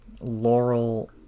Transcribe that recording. laurel